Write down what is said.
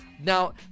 Now